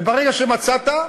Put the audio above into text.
וברגע שמצאת,